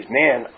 man